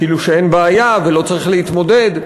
כאילו שאין בעיה ולא צריך להתמודד.